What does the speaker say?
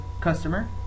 customer